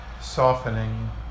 softening